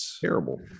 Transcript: terrible